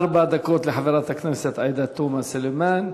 ארבע דקות לחברת הכנסת עאידה תומא סלימאן.